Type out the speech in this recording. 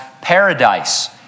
paradise